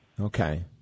Okay